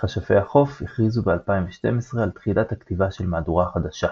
"מכשפי החוף" הכריזו ב-2012 על תחילת הכתיבה של מהדורה חדשה,